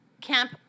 Camp